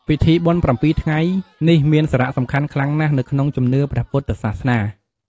ពិធីបុណ្យប្រាំពីរថ្ងៃ នេះមានសារៈសំខាន់ខ្លាំងណាស់នៅក្នុងជំនឿព្រះពុទ្ធសាសនា។